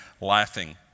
laughing